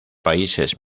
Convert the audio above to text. países